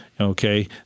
Okay